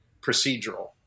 procedural